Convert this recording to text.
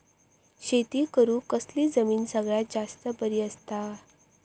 शेती करुक कसली जमीन सगळ्यात जास्त बरी असता?